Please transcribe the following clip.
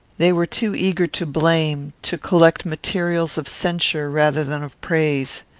they were too eager to blame, to collect materials of censure rather than of praise.